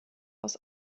aus